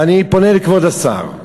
ואני פונה לכבוד השר,